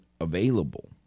available